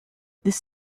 this